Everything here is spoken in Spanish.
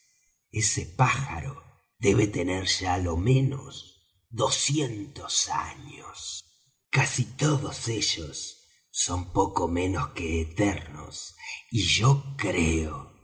ese pájaro debe tener ya lo menos doscientos años casi todos ellos son poco menos que eternos y yo creo